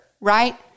right